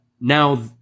now